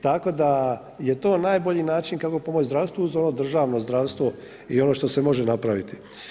Tako da je to najbolji način kako pomoći zdravstvu uz ono državno zdravstvo i ono što se može napraviti.